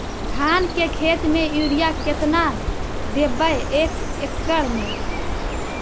धान के खेत में युरिया केतना देबै एक एकड़ में?